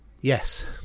Yes